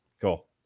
cool